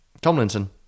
tomlinson